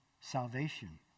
salvation